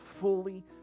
fully